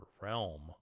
realm